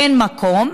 אין מקום,